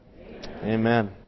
Amen